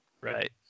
Right